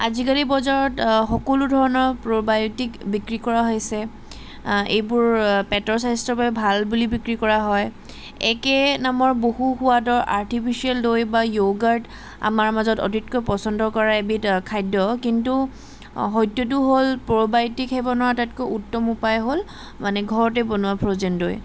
আজিকালি বজাৰত সকলো ধৰণৰ প্ৰ'বায়'টিক বিক্ৰী কৰা হৈছে এইবোৰ পেটৰ স্বাস্থ্যৰ বাবে ভাল বুলি বিক্ৰী কৰা হয় একে নামৰ বহু সোৱাদৰ আৰ্টিফিচিয়েল দৈ বা য়ৌগাৰ্ট আমাৰ মাজত অতিতকৈ পচন্দ কৰা এইবিধ খাদ্য কিন্তু সত্যটো হ'ল প্ৰ'বায়'টিক সেৱনৰ আটাইতকৈ উত্তম উপায় হ'ল মানে ঘৰতে বনোৱা ফ্ৰ'জেন দৈ